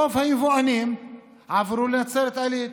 רוב היבואנים עברו לנצרת עילית.